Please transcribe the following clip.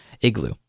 igloo